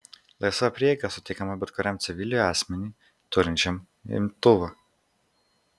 laisva prieiga suteikiama bet kuriam civiliui asmeniui turinčiam imtuvą